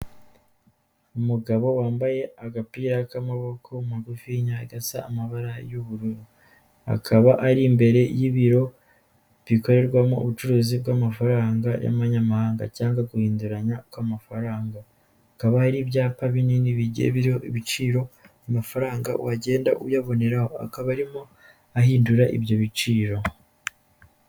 Umugabo wambaye agapira k'amaboko magufiya igasa amabara y'ubururu, akaba ari imbere y'ibiro bikorerwamo ubucuruzi bw'amafaranga y'amanyamahanga, cyangwa guhinduranya kw'amafaranga, hakaba hari ibyapa binini bigiye biriho ibiciro amafaranga wagenda uyaboneraho, akaba arimo ahindura ibyo biciro.